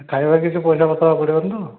ଖାଇବା କିଛି ପଇସାପତ୍ର ପଡ଼ିବନି ତ